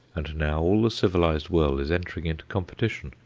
and now all the civilized world is entering into competition.